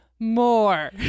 more